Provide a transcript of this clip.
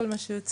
כל מה שיוצא,